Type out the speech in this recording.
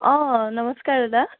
অঁ নমস্কাৰ দাদা